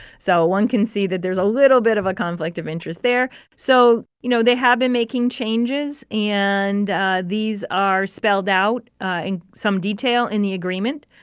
so one can see that there's a little bit of a conflict of interest there so you know, they have been making changes, and these are spelled out ah in some detail in the agreement.